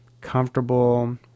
comfortable